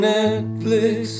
Netflix